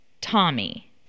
Tommy